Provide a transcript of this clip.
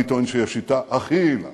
אני טוען שהיא השיטה הכי יעילה